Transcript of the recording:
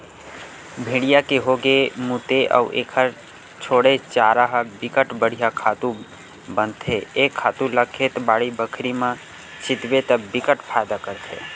भेड़िया के हागे, मूते अउ एखर छोड़े चारा ह बिकट बड़िहा खातू बनथे ए खातू ल खेत, बाड़ी बखरी म छितबे त बिकट फायदा करथे